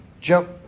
Jump